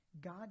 God